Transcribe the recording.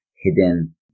hidden